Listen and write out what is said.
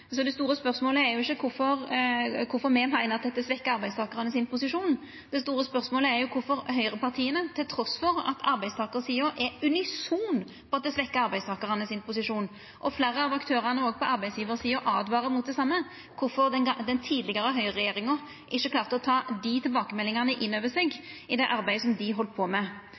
Så det store spørsmålet er jo ikkje kvifor me meiner at dette svekkjer posisjonen til arbeidstakarane, det store spørsmålet er kvifor høgrepartia og den tidlegare høgreregjeringa trass i at arbeidstakarsida er unison på at det svekkjer posisjonen til arbeidstakarane, og fleire av aktørane òg på arbeidsgjevarsida åtvarar mot det same, ikkje klarte å ta dei tilbakemeldingane inn over seg i det arbeidet dei heldt på med.